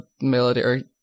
military